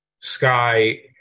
sky